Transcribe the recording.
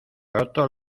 roto